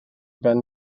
ben